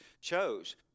chose